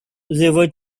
river